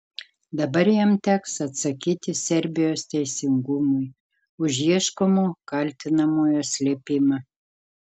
dabar jam teks atsakyti serbijos teisingumui už ieškomo kaltinamojo slėpimą